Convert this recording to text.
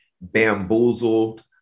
bamboozled